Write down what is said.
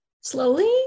Slowly